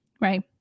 right